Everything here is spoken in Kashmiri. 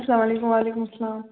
اسلامُ علیکم وعلیکم سلام